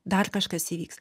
dar kažkas įvyks